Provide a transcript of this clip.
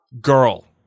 girl